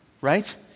right